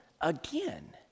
again